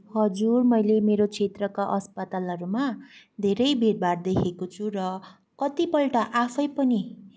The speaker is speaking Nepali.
हजुर मैले मेरो क्षेत्रका अस्पतालहरूमा धेरै भिडभाड देखेको छु र कतिपल्ट आफै पनि